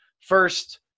first